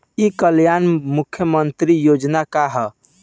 ई कल्याण मुख्य्मंत्री योजना का है?